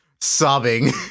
sobbing